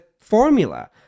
formula